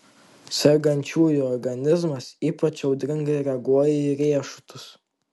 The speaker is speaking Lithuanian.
sergančiųjų organizmas ypač audringai reaguoja į riešutus